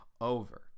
over